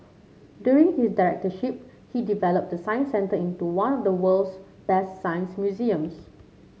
during his directorship he developed the Science Centre into one of the world's best science museums